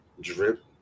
drip